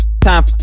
time